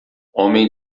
homem